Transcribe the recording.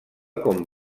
com